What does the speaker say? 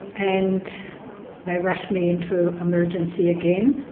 and they rushed me into emergency again.